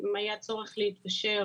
אם היה צורך להתקשר